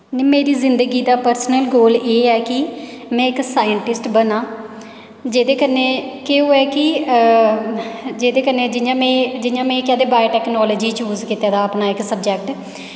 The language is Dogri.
मेरी जिंदगी दा पर्सनल गोल एह् ऐ कि में इक साईंटिस्ट बना जेह्दे कन्नै केह् होऐ कि जेह्दे कन्नै जियां में जियां बॉयो टैकनॉलजी चूज कीते दा अपना इक सबजैक्ट